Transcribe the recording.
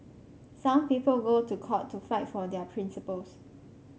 some people go to court to fight for their principles